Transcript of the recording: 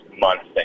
months